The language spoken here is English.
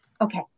Okay